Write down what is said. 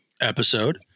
episode